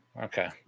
Okay